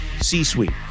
c-suite